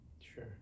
sure